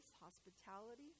hospitality